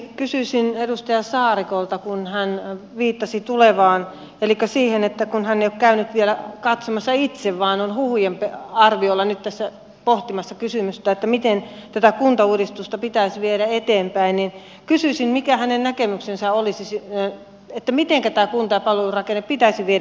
kysyisin edustaja saarikolta kun hän viittasi tulevaan elikkä siihen että kun hän jo käynyt vielä katsomassa itse vaan on huhujen arvioinnit tässä pohtimassa kysymystä miten tätä kuntauudistusta pitäisi viedä eteenpäin niin kysyisin mikä hänen näkemyksensä olisi siinä että mitenkä tartunta wallace pidätettiin